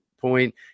point